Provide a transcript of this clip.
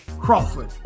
Crawford